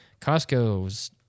costco's